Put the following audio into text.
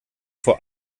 vor